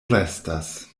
restas